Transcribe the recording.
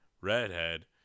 redhead